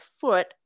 foot